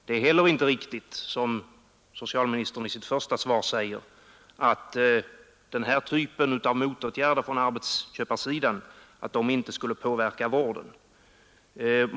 Det är heller inte riktigt, som socialministern säger i sitt första svar, att den här typen av motåtgärder från arbetsköparsidan inte skulle påverka vården.